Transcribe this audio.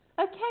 Okay